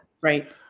right